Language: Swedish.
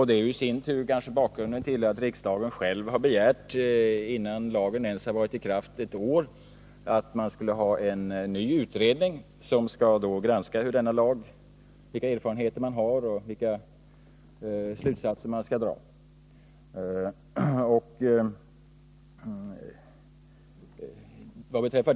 Det är i sin tur kanske bakgrunden till att riksdagen själv har begärt — innan lagen ens har varit i kraft ett år — en ny utredning som skall granska de erfarenheter man har av lagen och vilka slutsatser man skall dra av dem.